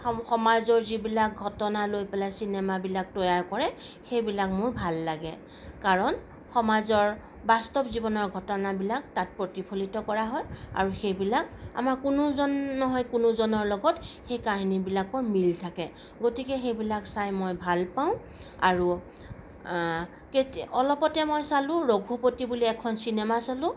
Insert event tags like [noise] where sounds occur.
[unintelligible] সমাজৰ যিবিলাক ঘটনা লৈ পেলায় চিনেমাবিলাক তৈয়াৰ কৰে সেইবিলাক মোৰ ভাল লাগে কাৰণ সমাজৰ বাস্তৱ জীৱনৰ ঘটনাবোৰ তাত প্ৰতিফলিত কৰা হয় আৰু সেইবিলাক আমাৰ কোনোজন নহয় কোনোজনৰ লগত সেই কাহিনীবিলাকৰ মিল থাকে গতিকে সেইবিলাক চাই মই ভাল পাওঁ আৰু [unintelligible] অলপতে মই চালোঁ ৰঘুপতি বুলি এখন চিনেমা চালোঁ